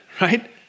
right